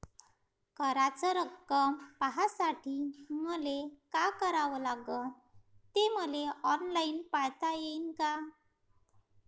कराच रक्कम पाहासाठी मले का करावं लागन, ते मले ऑनलाईन पायता येईन का?